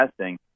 testing